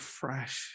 fresh